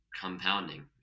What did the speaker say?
compounding